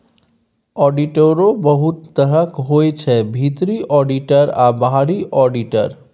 आडिटरो बहुत तरहक होइ छै भीतरी आडिटर आ बाहरी आडिटर